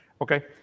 Okay